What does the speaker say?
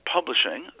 Publishing